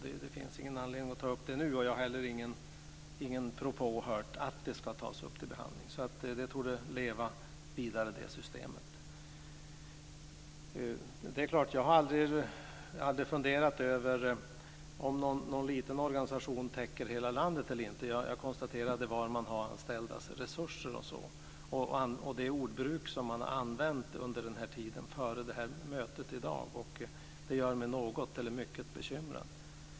De finns ingen anledning att ta upp dem nu, och jag har inte heller hört någon propå om att de ska tas upp till behandling. Så det systemet torde leva vidare. Jag har aldrig funderat över om någon liten organisation täcker hela landet eller inte. Jag konstaterade bara att man hade anställda, resurser och sådant. Det ordbruk som har använts före mötet i dag gör mig mycket bekymrad.